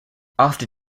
after